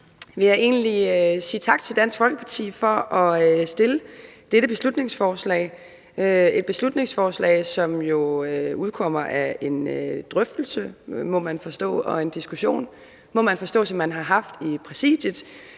egentlig sige tak til Dansk Folkeparti for at fremsætte dette beslutningsforslag. Et beslutningsforslag, som jo udspringer af en drøftelse, en diskussion, må man forstå, som man har haft i Præsidiet.